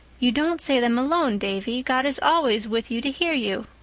you don't say them alone, davy. god is always with you to hear you.